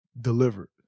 delivered